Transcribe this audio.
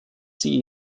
sie